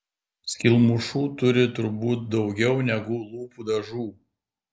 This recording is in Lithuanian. skylmušų turi turbūt daugiau negu lūpų dažų